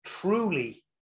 Truly